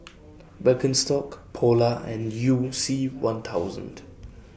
Birkenstock Polar and YOU C one thousand